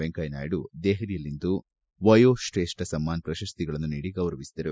ವೆಂಕಯ್ಥನಾಯ್ದು ದೆಹಲಿಯಲ್ಲಿಂದು ವಯೋತ್ರೇಷ್ಠ ಸಮ್ಮಾನ್ ಪ್ರಶಸ್ತಿಗಳನ್ನು ನೀಡಿ ಗೌರವಿಸಿದರು